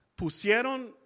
Pusieron